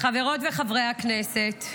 חברות וחברי הכנסת,